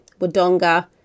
Wodonga